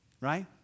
right